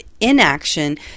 inaction